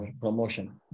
promotion